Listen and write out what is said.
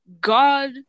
god